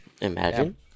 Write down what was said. Imagine